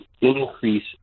increase